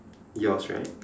yours right